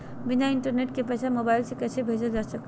बिना इंटरनेट के पैसा मोबाइल से कैसे भेजल जा है?